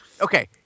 Okay